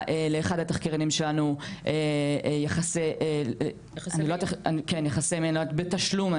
לאחד התחקירנים שלנו יחסי מין בתשלום.